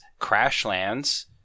Crashlands